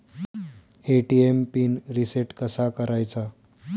ATM PIN reset कसा करायचा?